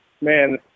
man